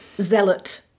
zealot